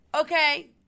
Okay